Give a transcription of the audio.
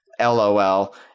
LOL